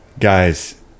guys